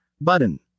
button